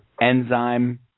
Enzyme